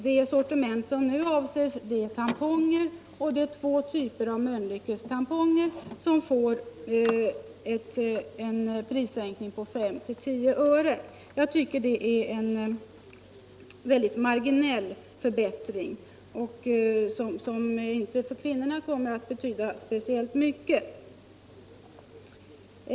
Det sortiment som nu avses är tamponger, och det är två typer av Mölnlyckes tamponger som får en prissänkning på 5-10 öre. Jag tycker alltså att det är en mycket marginell förbättring, som inte kommer att betyda speciellt mycket för kvinnorna.